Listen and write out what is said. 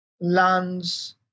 lands